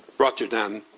rotterdam,